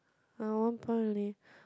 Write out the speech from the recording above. I one point only